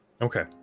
Okay